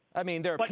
i mean, there are.